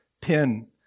pin